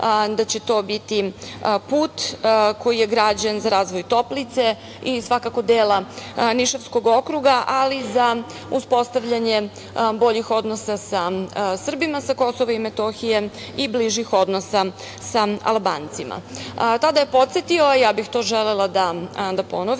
da će to biti put koji je građen za razvoj Toplice i svakako dela Nišavskog okruga, ali i za uspostavljanje boljih odnosa sa Srbima sa Kosova i Metohije i bližih odnosa sa Albancima. Tada je podsetio, ja bih to želela da ponovim,